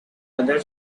other